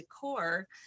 core